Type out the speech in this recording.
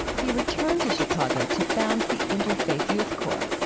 he returned to chicago to found the interfaith youth core.